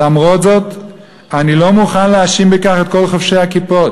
למרות זאת אני לא מוכן להאשים בכך את חובשי הכיפות,